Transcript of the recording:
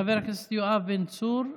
חבר הכנסת יואב בן צור,